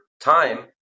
time